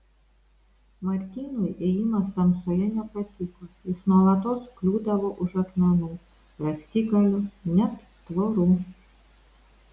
martynui ėjimas tamsoje nepatiko jis nuolatos kliūdavo už akmenų rąstigalių net tvorų